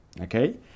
okay